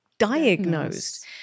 diagnosed